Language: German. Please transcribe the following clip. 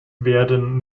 werden